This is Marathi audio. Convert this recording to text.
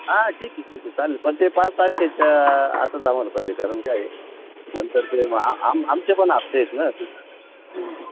हां ठीक आहे ठीक आहे चालेल पण ते पाच तारखेच्या आत आम्हाला पाहिजे कारण काय आहे नंतर ते आम आमचे पण हफ्तेच ना तर